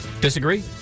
Disagree